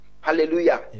hallelujah